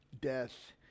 death